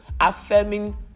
affirming